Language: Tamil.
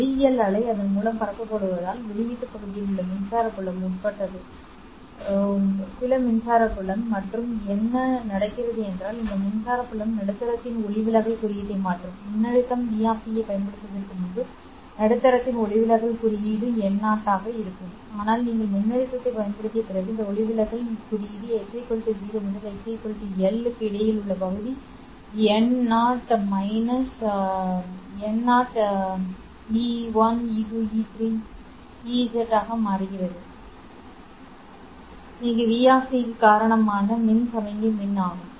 ஒளியியல் அலை அதன் மூலம் பரப்பப்படுவதால் வெளியீட்டு பகுதியில் உள்ள மின்சார புலம் உட்பட்டது சில மின்சார புலம் மற்றும் என்ன நடக்கிறது என்றால் இந்த மின்சார புலம் நடுத்தரத்தின் ஒளிவிலகல் குறியீட்டை மாற்றும் மின்னழுத்தம் v ஐப் பயன்படுத்துவதற்கு முன்பு நடுத்தரத்தின் ஒளிவிலகல் குறியீடு n0 ஆகும் ஆனால் நீங்கள் மின்னழுத்தத்தைப் பயன்படுத்திய பிறகு இதன் உள்ள ஒளிவிலகல் குறியீடு x 0 முதல் x L க்கு இடையில் உள்ள பகுதி n0−12 n03r33E z ஆக மாறுகிறது இங்கு V காரணமாக மின் சமிக்ஞை மின் ஆகும்